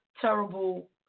terrible